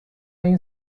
این